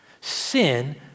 Sin